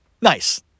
nice